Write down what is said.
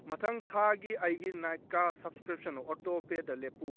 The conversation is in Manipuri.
ꯃꯊꯪ ꯊꯥꯒꯤ ꯑꯩꯒꯤ ꯅꯥꯏꯀꯥ ꯁꯕꯁꯀ꯭ꯔꯤꯞꯁꯟ ꯑꯣꯇꯣꯄꯦꯗ ꯂꯦꯞꯄꯨ